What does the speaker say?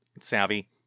savvy